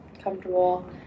comfortable